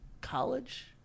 College